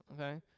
okay